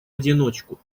одиночку